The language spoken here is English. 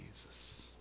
Jesus